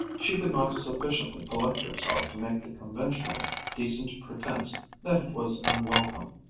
she could not sufficiently collect herself to make the conventional decent pretense that it was unwelcome.